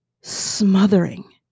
smothering